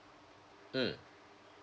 mm